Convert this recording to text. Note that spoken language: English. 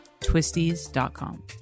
twisties.com